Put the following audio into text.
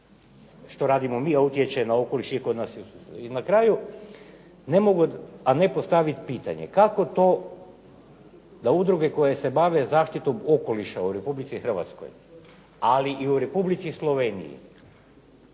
što radimo mi, a utječe na okoliš i kod nas i u susjedstvu. I na kraju, ne mogu, a ne postaviti pitanje kako to da udruge koje se bave zaštitom okoliša u Republici Hrvatskoj, ali i u Republici Sloveniji